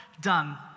done